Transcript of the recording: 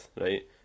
right